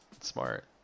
Smart